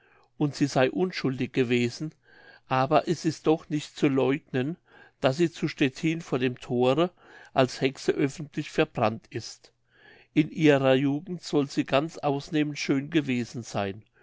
und sie sey unschuldig gewesen aber es ist doch nicht zu läugnen daß sie zu stettin vor dem thore als hexe öffentlich verbrannt ist in ihrer jugend soll sie ganz ausnehmend schön gewesen seyn